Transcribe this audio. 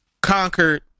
conquered